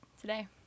today